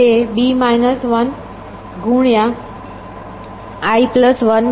તે i 1 બરાબર છે